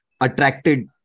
attracted